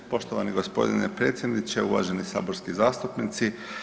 Poštovani gospodine predsjedniče, uvaženi saborski zastupnici.